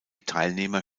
teilnehmer